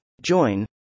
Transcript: Join